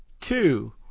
two –